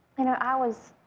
you know, i was